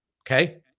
Okay